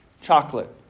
chocolate